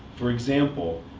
for example,